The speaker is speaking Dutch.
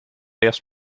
eerst